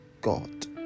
God